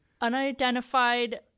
Unidentified